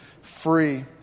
free